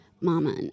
mama